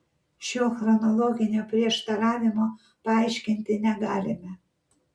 šio chronologinio prieštaravimo paaiškinti negalime